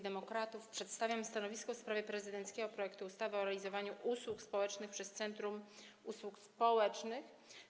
Demokratów przedstawiam stanowisko w sprawie prezydenckiego projektu ustawy o realizowaniu usług społecznych przez centrum usług społecznych.